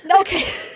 Okay